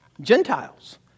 Gentiles